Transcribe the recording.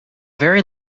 very